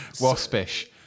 Waspish